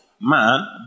man